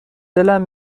دلم